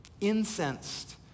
incensed